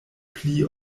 pli